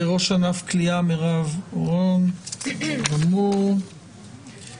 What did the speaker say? מירב אורון ראש ענף כליאה.